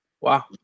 Wow